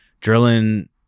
drilling